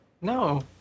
No